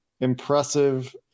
impressive